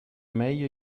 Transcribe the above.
meglio